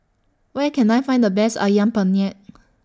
Where Can I Find The Best Ayam Penyet